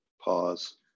pause